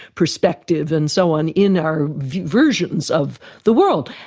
perspective and so on in our versions of the world.